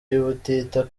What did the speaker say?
y’ubutita